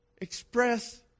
Express